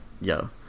yo